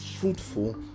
fruitful